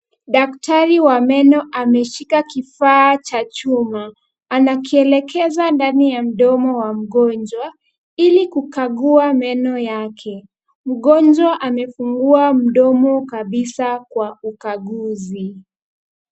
Daktari wa meno ameshika kifaa cha chuma. Anakielekeza ndani ya mdomo wa mgonjwa, ili kukagua meno yake. Mgonjwa amefungua mdomo kabisa kwa ukaguzi.